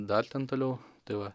dar ten toliau tai va